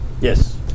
Yes